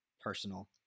personal